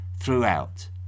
throughout